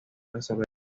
resolver